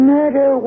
Murder